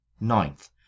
Ninth